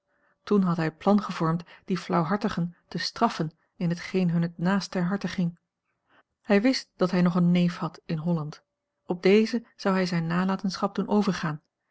toen had hij het plan gevormd die flauwhartigen te straffen in hetgeen hun het naast ter harte ging hij wist dat hij nog een neef had in holland op dezen zou hij zijne nalatenschap doen overgaan